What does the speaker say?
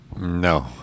No